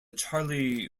charlie